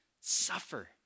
suffer